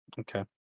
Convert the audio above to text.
Okay